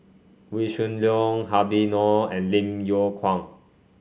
Wee Shoo Leong Habib Noh and Lim Yew Kuan